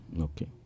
Okay